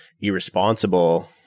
irresponsible –